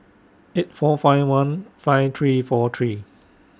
eight four five one five three four three